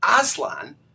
Aslan